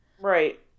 Right